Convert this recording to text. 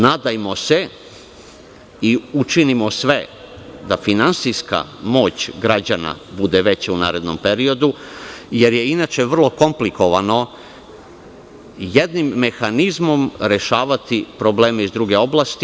Nadajmo se i učinimo sve da finansijska moć građana bude veća u narednom periodu, jer je inače vrlo komplikovano jednim mehanizmom rešavati probleme iz druge oblasti.